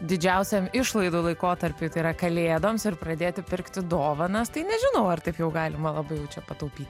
didžiausiam išlaidų laikotarpiu tai yra kalėdoms ir pradėti pirkti dovanas tai nežinau ar taip jau galima labai jau čia pataupyt